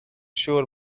siŵr